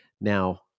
Now